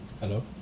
Hello